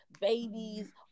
babies